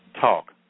talk